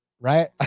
right